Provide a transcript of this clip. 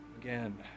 Again